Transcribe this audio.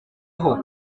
aho